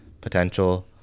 potential